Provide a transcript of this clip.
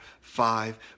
five